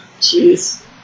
Jeez